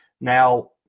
now